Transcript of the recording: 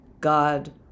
God